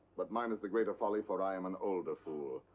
but mine is the greater folly, for i am an older fool.